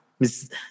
Miss